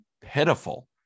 pitiful